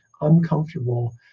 uncomfortable